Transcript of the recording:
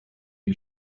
die